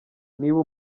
niba